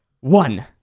One